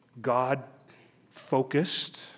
God-focused